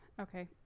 okay